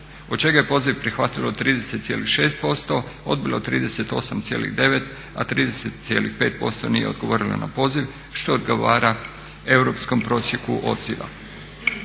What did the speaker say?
od čega je poziv prihvatilo 30,6%, odbilo 38,9 a 30,5% nije odgovorilo na poziv što odgovara europskom prosjeku odziva.